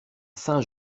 saint